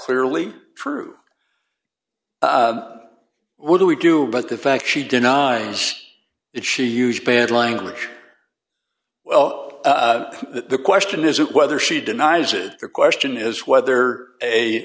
clearly true what do we do but the fact she denies it she used bad language well that the question isn't whether she denies it the question is whether a